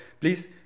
please